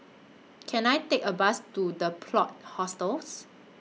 Can I Take A Bus to The Plot Hostels